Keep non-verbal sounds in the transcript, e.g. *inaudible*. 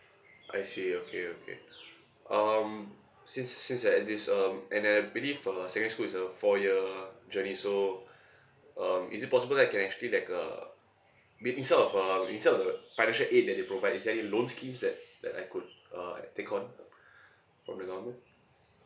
I see okay okay um since since like like this um and I believe uh secondary school is a four year journey so um is it possible that I can actually like uh be instead of a be instead of the financial aid that it provide is there any loan schemes that that I could uh take on *breath* from the normal